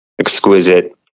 exquisite